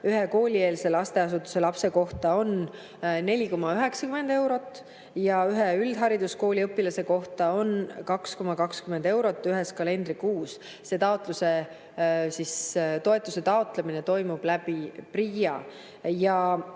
ühe koolieelse lasteasutuse lapse kohta on 4,90 eurot ja ühe üldhariduskooli õpilase kohta 2,20 eurot ühes kalendrikuus. Selle toetuse taotlemine toimub PRIA